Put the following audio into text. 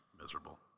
Miserable